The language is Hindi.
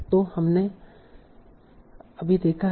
तो हमने अभी देखा है